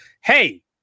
hey